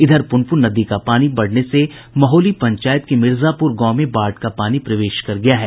इधर पुनपुन नदी का पानी बढ़ने से महुली पंचायत के मिर्जापुर गांव में बाढ़ का पानी प्रवेश कर गया है